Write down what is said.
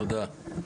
תודה רבה.